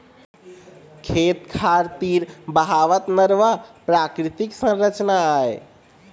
खेत खार तीर बहावत नरूवा प्राकृतिक संरचना आय